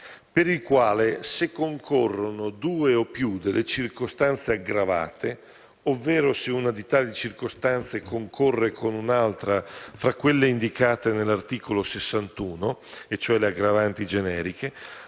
per il quale se concorrono due o più delle circostanze aggravate, ovvero se una di tali circostanze concorre con un'altra fra quelle indicate nell'articolo 61 (cioè le aggravanti generiche),